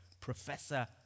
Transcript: Professor